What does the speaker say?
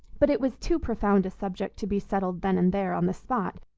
but it was too profound a subject to be settled then and there, on the spot